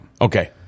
Okay